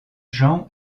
jean